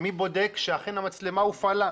מי בודק שאכן המצלמה הופעלה,